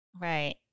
Right